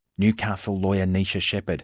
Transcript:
newcastle lawyer neisha shepherd